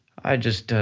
i just.